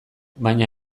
baina